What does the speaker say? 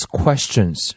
questions